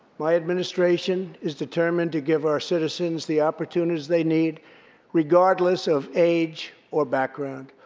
my administration is determined to give our citizens the opportunities they need regardless of age or background.